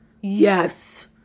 yes